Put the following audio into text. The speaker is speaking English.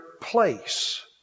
place